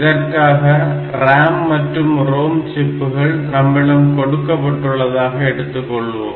இதற்காக RAM மற்றும் ROM சிப்புகள் நம்மிடம் கொடுக்கப்பட்டுள்ளதாக எடுத்துக்கொள்வோம்